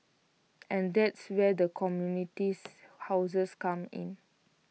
and that's where the commodities houses come in